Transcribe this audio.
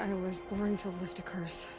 was born to lift a curse.